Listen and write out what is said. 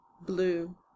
blue